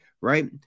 right